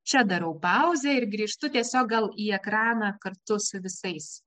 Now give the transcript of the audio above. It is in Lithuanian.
čia darau pauzę ir grįžtu tiesiog gal į ekraną kartu su visais